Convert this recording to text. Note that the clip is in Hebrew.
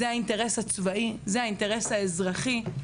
זה האינטרס הצבאי, זה האינטרס האזרחי.